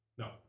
No